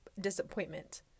disappointment